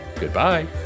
Goodbye